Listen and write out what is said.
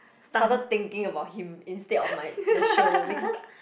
started thinking about him instead of my the show because